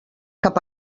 cap